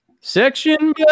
Section